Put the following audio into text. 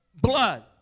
blood